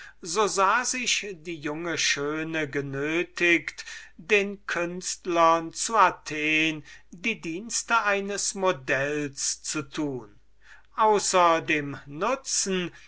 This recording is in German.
so sahe sich die junge danae genötiget den künstlern zu athen die dienste eines models zu tun und erhielt dadurch außer dem nutzen